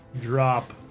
drop